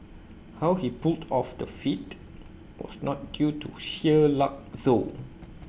how he pulled off the feat was not due to sheer luck though